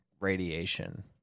radiation